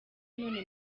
none